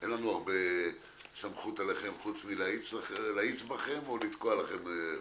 אין לנו הרבה סמכות עליכם חוץ מאשר להאיץ בכם או לתקוע לכם חוקים.